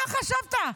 מה חשבת?